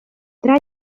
tra